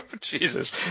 Jesus